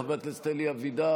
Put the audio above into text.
חבר הכנסת אלי אבידר,